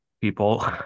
people